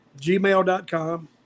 gmail.com